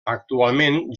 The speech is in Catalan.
actualment